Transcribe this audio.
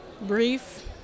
Brief